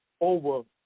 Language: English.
over